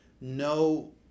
no